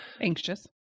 Anxious